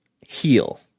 heal